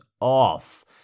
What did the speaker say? off